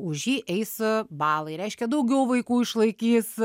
už jį eis balai reiškia daugiau vaikų išlaikys